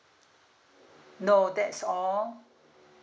no that's all